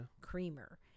creamer